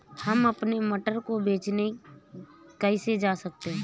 हम अपने मटर को बेचने कैसे जा सकते हैं?